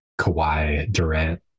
Kawhi-Durant